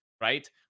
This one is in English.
right